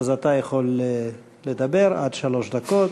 אז אתה יכול לדבר עד שלוש דקות,